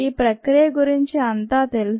ఈ ప్రక్రియ గురించి అంతా తెలుసు